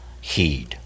heed